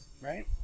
right